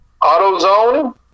AutoZone